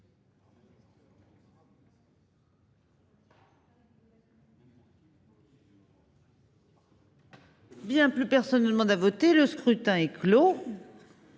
Bien plus personne ne demande à voter le scrutin est clos.